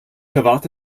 erwarte